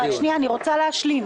שנייה, אני רוצה להשלים.